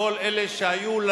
כל אלה שהיו,